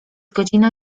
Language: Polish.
godzina